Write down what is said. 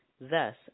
Thus